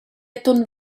atun